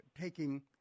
taking